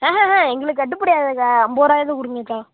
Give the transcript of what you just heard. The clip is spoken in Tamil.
ஆஹஹ எங்களுக்கு கட்டுப்படி ஆகாதுக்கா ஐம்பது ரூவாயாது கொடுங்கக்கா